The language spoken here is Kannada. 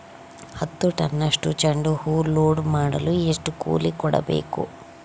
ಹತ್ತು ಟನ್ನಷ್ಟು ಚೆಂಡುಹೂ ಲೋಡ್ ಮಾಡಲು ಎಷ್ಟು ಕೂಲಿ ಕೊಡಬೇಕು?